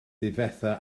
difetha